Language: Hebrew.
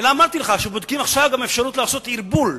אלא שעכשיו גם בודקים את האפשרות לעשות ערבול,